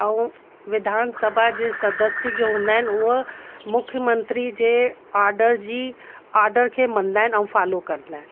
ऐं विधान सभा जे सदस्य जो हूंदा आहिनि उहे मुख्यमंत्री जे आर्डर जी आर्डर खे मञंदा आहिनि ऐं फालो कंदा आहिनि